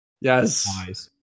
Yes